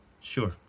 Sure